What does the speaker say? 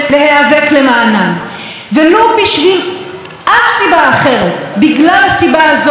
בגלל הסיבה הזאת ראש הממשלה הזה חייב ללכת הביתה ממש מהר.